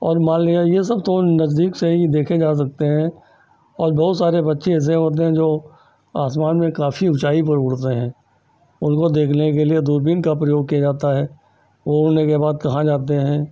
और मान लिया यह सब तो नज़दीक से ही देखे जा सकते हैं और बहुत सारे पक्षी ऐसे होते हैं जो आसमान में काफ़ी ऊँचाई पर उड़ते हैं उनको देखने के लिए दूरबीन का प्रयोग किया जाता है वह उड़ने के बाद कहाँ जाते हैं